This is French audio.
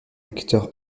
acteur